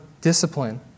discipline